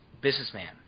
businessman